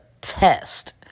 test